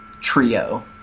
trio